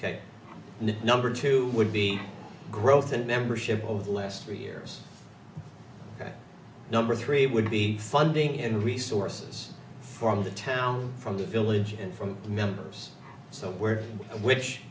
the number two would be growth and membership over the last three years that number three would be funding in resources from the town from the village and from members so where w